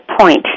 point